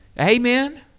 Amen